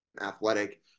athletic